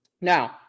Now